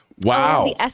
Wow